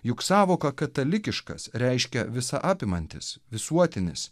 juk sąvoka katalikiškas reiškia visa apimantis visuotinis